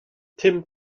tim